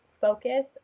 focus